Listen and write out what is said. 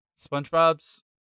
SpongeBob's